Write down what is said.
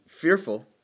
fearful